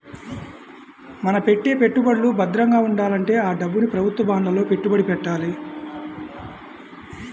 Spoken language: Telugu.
మన పెట్టే పెట్టుబడులు భద్రంగా ఉండాలంటే ఆ డబ్బుని ప్రభుత్వ బాండ్లలో పెట్టుబడి పెట్టాలి